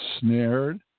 snared